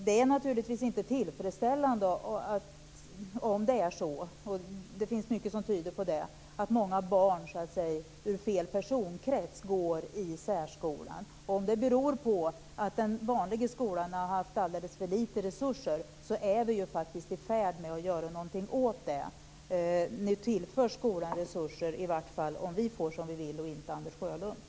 Det är naturligtvis inte tillfredsställande om det är så - och det finns mycket som tyder på det - att många barn ur fel personkrets går i särskolan. Om det beror på att den vanliga skolan har haft alldeles för små resurser så är vi faktiskt i färd med att göra någonting åt det. Nu tillförs skolan resurser, i varje fall om vi får som vi vill och det inte blir som Anders